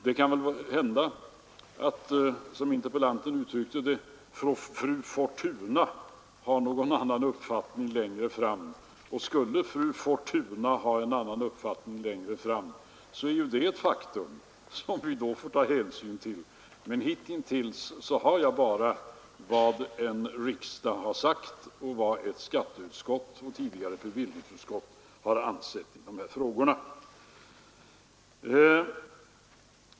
Det kan väl hända att, som interpellanten uttryckte det, fru Fortuna längre fram har någon annan uppfattning. I så fall är det ett faktum vi får ta hänsyn till då. Men hitintills vet jag bara vad en riksdag har sagt, och vad ett skatteutskott och tidigare ett bevillningsutskott ansett i de här frågorna.